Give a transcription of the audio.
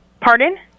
Pardon